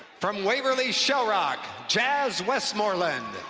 from waverly shellrock, jazz westmoreland.